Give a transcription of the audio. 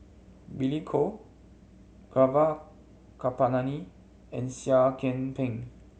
Billy Koh Gaurav Kripalani and Seah Kian Peng